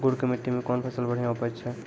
गुड़ की मिट्टी मैं कौन फसल बढ़िया उपज छ?